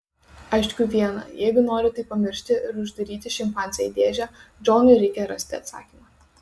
aišku viena jeigu nori tai pamiršti ir uždaryti šimpanzę į dėžę džonui reikia rasti atsakymą